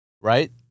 right